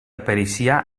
apareixia